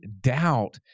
doubt